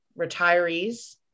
retirees